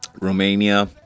Romania